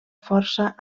força